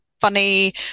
funny